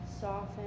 soften